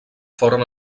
foren